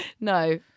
No